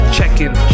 Checkin